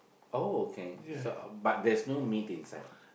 oh okay so but there's no meat inside